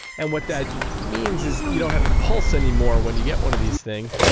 and what that means is you don't have a pulse anymore when you get one of these things,